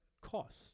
cost